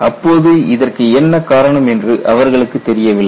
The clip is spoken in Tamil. அப்போது இதற்கு என்ன காரணம் என்று அவர்களுக்கு தெரியவில்லை